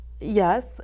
yes